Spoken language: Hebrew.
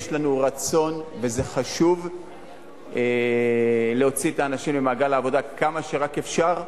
יש לנו רצון וזה חשוב להוציא את הנשים למעגל העבודה כמה שרק אפשר,